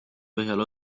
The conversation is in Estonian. põhjal